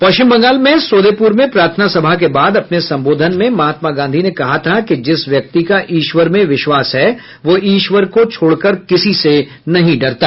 पश्चिम बंगाल में सोदेपुर में प्रार्थना सभा के बाद अपने संबोधन में महात्मा गांधी ने कहा था कि जिस व्यक्ति का ईश्वर में विश्वास है वह ईश्वर को छोड़कर किसी से नहीं डरता